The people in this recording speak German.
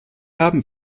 haben